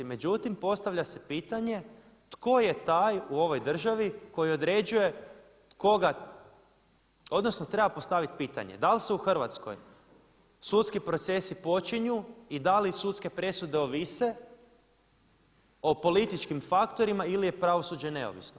Međutim, postavlja se pitanje tko je taj u ovoj državi koji određuje koga, odnosno treba postaviti pitanje da li se u Hrvatskoj sudski procesi počinju i da li sudske presude ovise o političkim faktorima ili je pravosuđe neovisno?